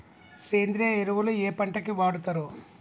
సేంద్రీయ ఎరువులు ఏ పంట కి వాడుతరు?